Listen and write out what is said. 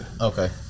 Okay